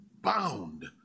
bound